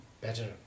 better